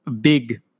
big